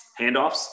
handoffs